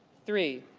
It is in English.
three,